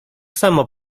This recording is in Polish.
samo